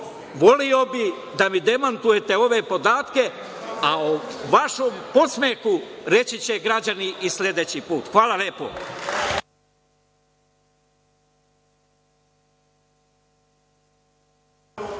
voleo bih da mi demantujete ove podatke, a o vašem podsmehu reći će građani i sledeći put. Hvala lepo.